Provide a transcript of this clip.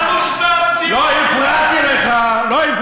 אין לך מושג על מה אתה מדבר.